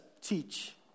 teach